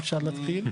להתחיל.